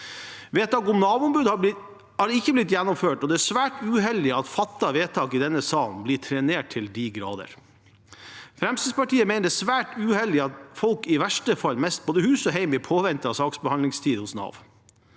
Vedtak om Nav-ombud har ikke blitt gjennomført, og det er svært uheldig at fattede vedtak i denne salen til de grader blir trenert. Fremskrittspartiet mener det er svært uheldig at folk i verste fall mister både hus og hjem i påvente av saksbehandlingstiden hos Nav.